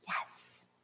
Yes